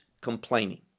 complaining